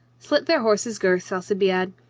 slit their horses' girths, alci biade,